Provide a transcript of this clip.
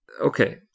Okay